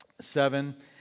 Seven